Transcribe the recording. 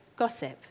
Gossip